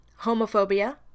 homophobia